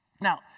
Now